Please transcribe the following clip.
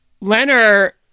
Leonard